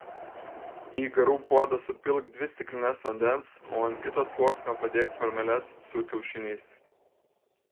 į garų puodą supilk dvi stiklines vandens o ant kito sluoksnio padėk formeles su kiaušiniais